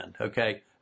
okay